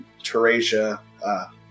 Teresia